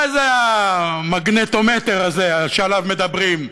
מה זה המגנומטר הזה שעליו מדברים?